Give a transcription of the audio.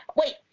wait